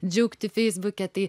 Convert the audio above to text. džiaugti feisbuke tai